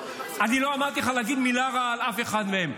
אני לא אמרתי לך להגיד מילה רעה על אף אחד מהם,